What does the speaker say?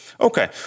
Okay